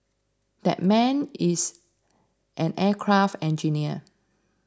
that man is an aircraft engineer